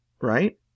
Right